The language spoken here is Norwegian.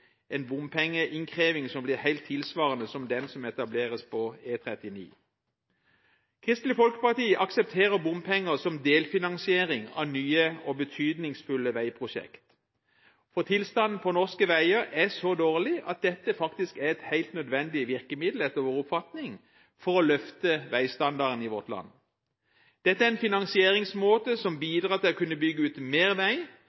en bompengeinnkreving som blir helt tilsvarende som den som etableres på E39. Kristelig Folkeparti aksepterer bompenger som delfinansiering av nye og betydningsfulle veiprosjekt, for tilstanden på norske veier er så dårlig at dette faktisk er et helt nødvendig virkemiddel, etter vår oppfatning, for å løfte veistandarden i vårt land. Dette er en finansieringsmåte som bidrar til å kunne bygge ut mer vei,